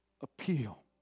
Appeal